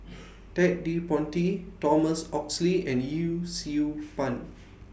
Ted De Ponti Thomas Oxley and Yee Siew Pun